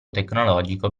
tecnologico